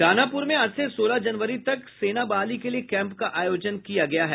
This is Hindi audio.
दानापूर में आज से सोलह जनवरी तक सेना बहाली के लिए कैम्प का आयोजन किया गया है